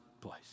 place